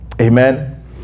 Amen